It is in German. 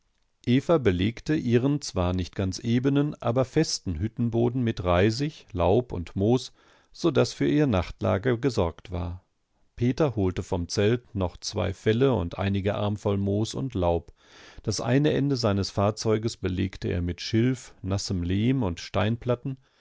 eva belegte ihren zwar nicht ganz ebenen aber festen hüttenboden mit reisig laub und moos so daß für ihr nachtlager gesorgt war peter holte vom zelt noch zwei felle und einige armvoll moos und laub das eine ende seines fahrzeuges belegte er mit schilf nassem lehm und steinplatten